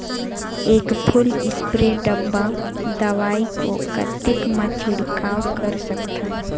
एक full spray डब्बा दवाई को कतेक म छिड़काव कर सकथन?